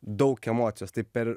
daug emocijos tai per